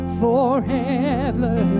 forever